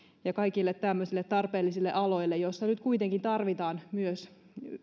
ja kaikille tämmöisille tarpeellisille aloille joilla kuitenkin tarvitaan myös